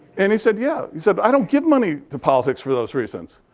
and he said, yeah. he said, i don't give money to politics for those reasons.